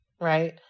right